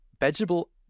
vegetable